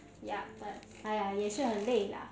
ya but 哎呀也是很累啦